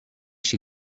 chez